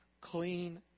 clean